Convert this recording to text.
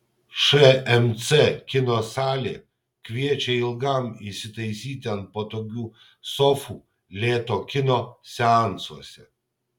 šmc kino salė kviečia ilgam įsitaisyti ant patogių sofų lėto kino seansuose